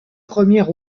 premiers